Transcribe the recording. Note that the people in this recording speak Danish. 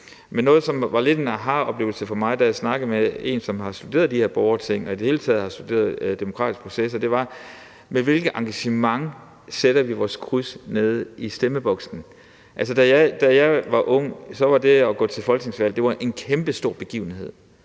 andet – som var lidt af en ahaoplevelse for mig, da jeg snakkede med en, som har studeret de her borgerting og i det hele taget har studeret demokratiske processer – er, med hvilket engagement vi sætter vores kryds nede i stemmeboksen. Da jeg var ung, var det at gå til folketingsvalg en kæmpestor begivenhed,